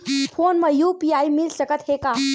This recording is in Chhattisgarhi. फोन मा यू.पी.आई मिल सकत हे का?